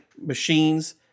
machines